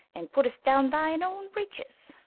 and put'st down thine own breeches,